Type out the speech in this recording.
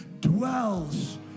dwells